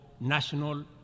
national